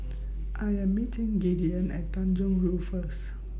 I Am meeting Gideon At Tanjong Rhu First